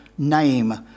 name